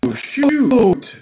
shoot